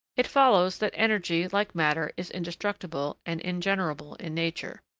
it follows that energy, like matter, is indestructible and ingenerable in nature.